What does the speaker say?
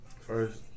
First